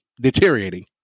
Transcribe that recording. deteriorating